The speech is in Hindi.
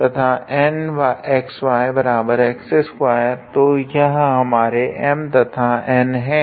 तो यह हमारे M तथा N है